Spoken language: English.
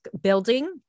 building